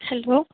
hello